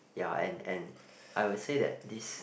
ya and and I would say that this